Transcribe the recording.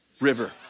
River